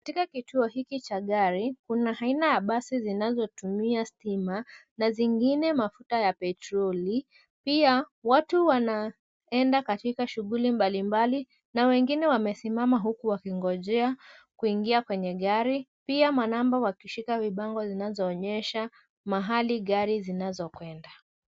Katika kituo hiki cha gari, kuna aina ya basi zinazotumia stima na zingine mafuta ya petroli. Pia, watu wanaenda katika shughuli mbalimbali na wengine wamesimama huku wakingojea kuingia kwenye gari, pia manamba wakishika vibango zinazoonyesha mahali gari zinazokwenda.